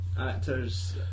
actors